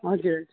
हजुर